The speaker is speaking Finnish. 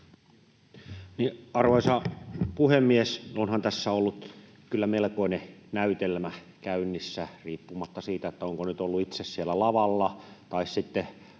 Arvoisa puhemies! Onhan tässä ollut kyllä melkoinen näytelmä käynnissä, riippumatta siitä, onko nyt ollut itse siellä lavalla vai sitten